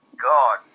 god